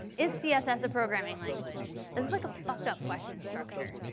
is css a programming language? this is like a fucked up question structure.